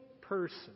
person